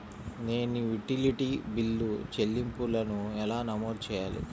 నేను utility bill చెల్లింపులను ఎలా నమోదు చేయాలి?